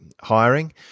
hiring